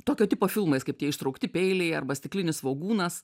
tokio tipo filmais kaip tie ištraukti peiliai arba stiklinis svogūnas